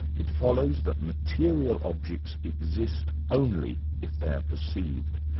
it follows that material objects exist only if they are perceived.